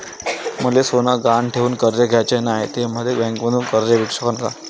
मले सोनं गहान ठेवून कर्ज घ्याचं नाय, त मले बँकेमधून कर्ज भेटू शकन का?